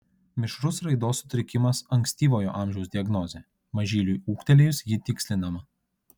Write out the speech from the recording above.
mišrus raidos sutrikimas ankstyvojo amžiaus diagnozė mažyliui ūgtelėjus ji tikslinama